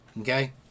Okay